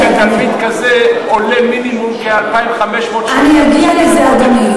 אני אגיע לזה, אדוני.